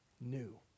new